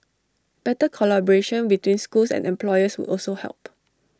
better collaboration between schools and employers would also help